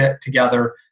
together